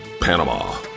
Panama